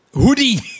hoodie